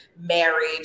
marriage